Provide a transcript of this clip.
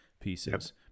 pieces